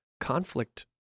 conflict